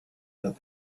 that